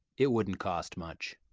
it wouldn't cost much.